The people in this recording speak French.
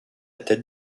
tête